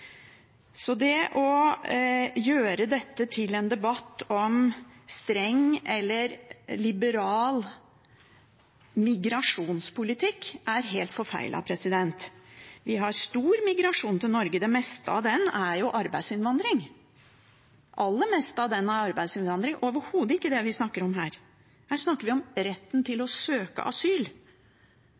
Så det å gjøre dette til en debatt om streng eller liberal migrasjonspolitikk er helt forfeilet. Vi har stor migrasjon til Norge, det aller meste av den er arbeidsinnvandring, og det er overhodet ikke det vi snakker om her. Her snakker vi om retten til å søke asyl.